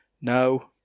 No